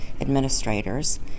administrators